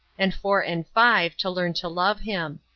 and four and five to learn to love him.